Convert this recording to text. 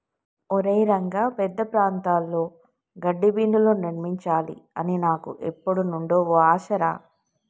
ఒరై రంగ పెద్ద ప్రాంతాల్లో గడ్డిబీనులు నిర్మించాలి అని నాకు ఎప్పుడు నుండో ఓ ఆశ రా